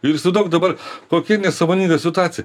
ir įsivaizduok dabar kokia nesąmoninga situacija